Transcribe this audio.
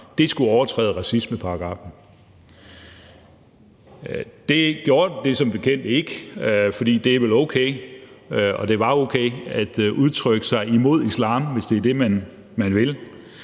– skulle overtræde racismeparagraffen. Det gjorde den som bekendt ikke, for det er vel okay – og det var okay – at udtrykke sig imod islam, hvis det er det, man vil.